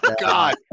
God